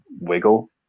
wiggle